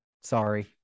sorry